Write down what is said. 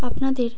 আপনাদের